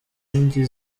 nkingi